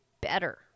better